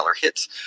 hits